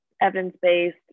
evidence-based